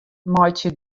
meitsje